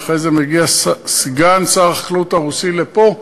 ואחרי זה מגיע סגן שר החקלאות הרוסי לפה,